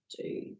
two